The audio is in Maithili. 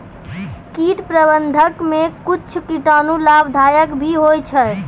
कीट प्रबंधक मे कुच्छ कीटाणु लाभदायक भी होय छै